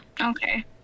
okay